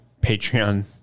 Patreon